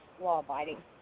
law-abiding